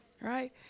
right